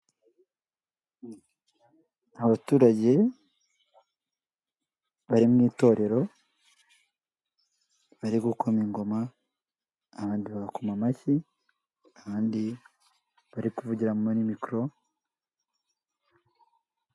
Abaturage bari mu itorero bari gukoma ingoma abandi bakoma amashyi abandi bari kuvugira muri mikoro.